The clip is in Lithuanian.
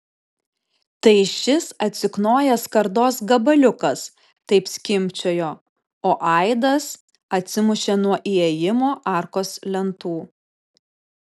tai šis atsiknojęs skardos gabaliukas taip skimbčiojo o aidas atsimušė nuo įėjimo arkos lentų